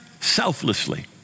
selflessly